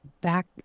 Back